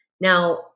Now